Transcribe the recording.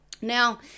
now